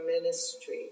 ministry